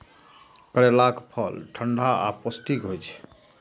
करैलाक फल ठंढा आ पौष्टिक होइ छै